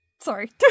Sorry